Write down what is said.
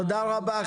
תודה רבה.